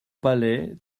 palais